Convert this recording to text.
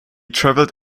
traveled